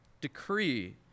decree